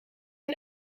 een